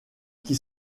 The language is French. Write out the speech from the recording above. qui